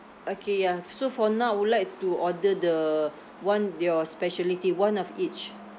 okay ya so for now I would like to order the one your speciality one of each